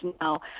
now